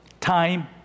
Time